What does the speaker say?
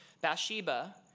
Bathsheba